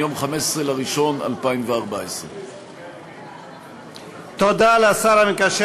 מיום 15 בינואר 2014. תודה לשר המקשר